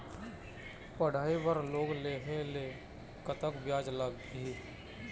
पढ़ई बर लोन लेहे ले कतक ब्याज लगही?